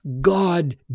God